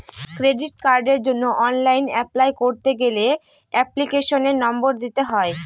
credit কার্ডের জন্য online apply করতে গেলে এপ্লিকেশনের নম্বর দিতে হয়